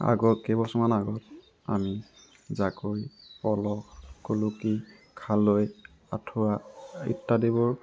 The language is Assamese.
আগত কেইবছৰমান আগত আমি জাকৈ পল কুলুকী খালৈ আঠুৱা ইত্যাদিবোৰ